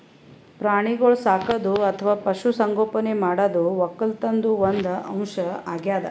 ಪ್ರಾಣಿಗೋಳ್ ಸಾಕದು ಅಥವಾ ಪಶು ಸಂಗೋಪನೆ ಮಾಡದು ವಕ್ಕಲತನ್ದು ಒಂದ್ ಅಂಶ್ ಅಗ್ಯಾದ್